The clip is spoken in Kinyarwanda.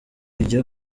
igiye